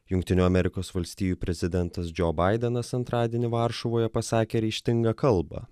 jungtinių amerikos valstijų prezidentas džo baidenas antradienį varšuvoje pasakė ryžtingą kalbą